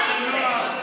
מה יקרה?